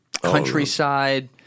countryside